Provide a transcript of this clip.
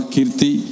Kirti